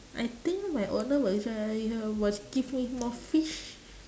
I think my owner will ju~ will give me more fish